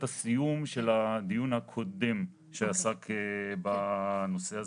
הסיום של הדיון הקודם שעסק בנושא הזה.